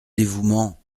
dévouement